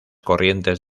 corrientes